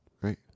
right